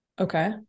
Okay